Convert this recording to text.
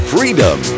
Freedom